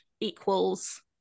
equals